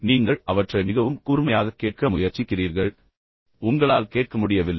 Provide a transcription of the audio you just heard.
நீங்கள் அவற்றை மிகவும் கூர்மையாக கேட்க முயற்சிக்கிறீர்கள் ஆனால் உங்களால் கேட்க முடியவில்லை